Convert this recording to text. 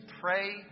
pray